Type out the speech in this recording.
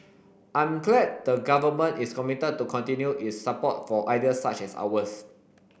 I'm glad the Government is committed to continue its support for ideas such as ours